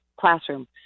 classroom